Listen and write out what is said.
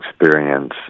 experience